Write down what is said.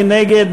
מי נגד?